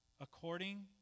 According